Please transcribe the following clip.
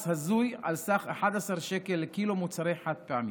מס הזוי על סך 11 שקל לקילו מוצרי חד-פעמי.